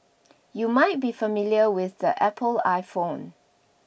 you might be familiar with the Apple iPhone